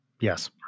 Yes